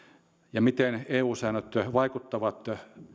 ja miten eu säännöt vaikuttavat